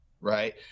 right